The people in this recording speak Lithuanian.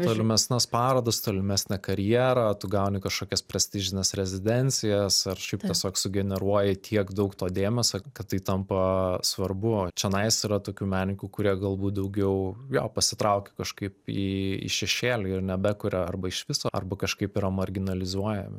tolimesnes parodas tolimesnę karjerą tu gauni kažkokias prestižines rezidencijas ar šiaip tiesiog sugeneruoji tiek daug to dėmesio kad tai tampa svarbu čionais yra tokių menininkų kurie galbūt daugiau jo pasitraukė kažkaip į šešėlį ir nebekuria arba iš viso arba kažkaip yra marginalizuojami